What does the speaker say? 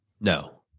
No